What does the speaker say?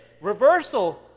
reversal